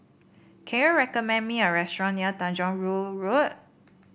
can you recommend me a restaurant near Tanjong Rhu Road